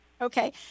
Okay